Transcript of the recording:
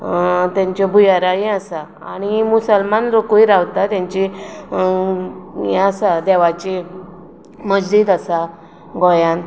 तेंच्यो भुंयाराय आसात आनी मुसलमान लोकूय रावतात तेंची हें आसात देवाची मश्जिद आसा गोंयांत